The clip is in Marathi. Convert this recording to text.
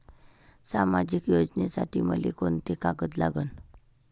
सामाजिक योजनेसाठी मले कोंते कागद लागन?